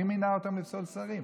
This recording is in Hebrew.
מי מינה אותם לפסול שרים?